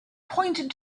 pointed